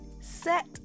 set